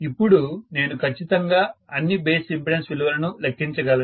అప్పుడు నేను ఖచ్చితంగా అన్ని బేస్ ఇంపెడెన్స్ విలువలను లెక్కించగలను